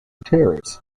terrace